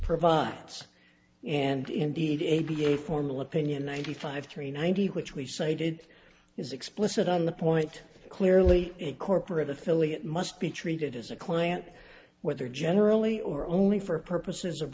provides and indeed a b a formal opinion ninety five three ninety which we cited is explicit on the point clearly a corporate affiliate must be treated as a client whether generally or only for purposes of